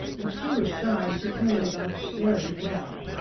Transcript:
if she was shy, she carried it off very well.